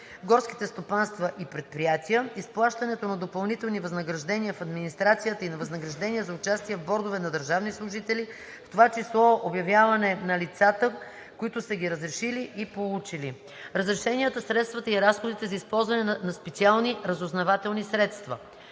горските стопанства и предприятия; - изплащането на допълнителни възнаграждения в администрацията и на възнаграждения за участия в бордове на държавни служители, в това число публично обявяване на лицата, които са ги разрешили и получили; - разрешенията, средствата и разходите за използване на специални разузнавателни средства;